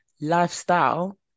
lifestyle